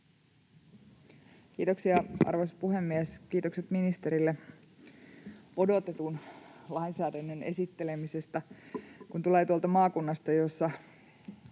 Kiitoksia, arvoisa puhemies! Kiitokset ministerille odotetun lainsäädännön esittelemisestä. Kun tulee maakunnasta, jossa